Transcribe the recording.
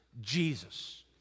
Jesus